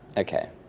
okay.